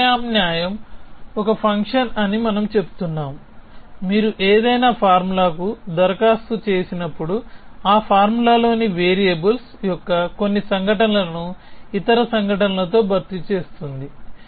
ప్రత్యామ్నాయం ఒక ఫంక్షన్ అని మనము చెప్తున్నాము మీరు ఏదైనా ఫార్ములాకు దరఖాస్తు చేసినప్పుడు ఆ ఫార్ములాలోని వేరియబుల్స్ యొక్క కొన్ని సంఘటనలను ఇతర సంఘటనలతో భర్తీ చేస్తుంది